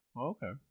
Okay